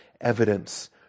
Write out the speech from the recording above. evidence